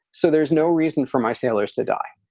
so there's no reason for my sailors to die.